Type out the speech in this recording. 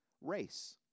race